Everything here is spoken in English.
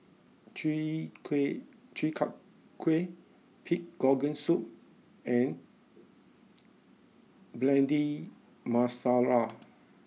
Chi Kuih Chi Kak Kuih Pig Organ Soup and Bhindi Masala